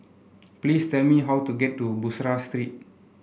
please tell me how to get to Bussorah Street